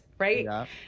right